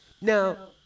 Now